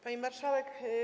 Pani Marszałek!